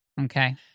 Okay